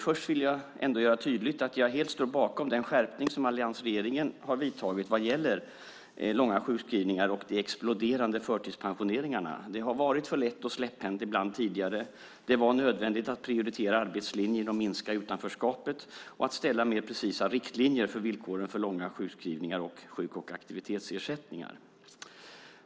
Först vill jag ändå göra tydligt att jag helt står bakom den skärpning som alliansregeringen har vidtagit vad gäller långa sjukskrivningar och de exploderande förtidspensioneringarna. Det har tidigare varit för lätt och släpphänt ibland. Det var nödvändigt att prioritera arbetslinjen och minska utanförskapet och att ställa mer precisa riktlinjer för villkoren för långa sjukskrivningar och sjuk och aktivitetsersättningar.